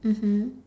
mmhmm